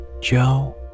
Joe